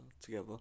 together